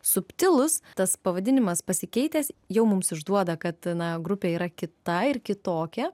subtilūs tas pavadinimas pasikeitęs jau mums išduoda kad na grupė yra kita ir kitokia